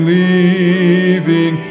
leaving